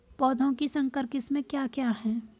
पौधों की संकर किस्में क्या क्या हैं?